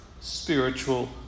spiritual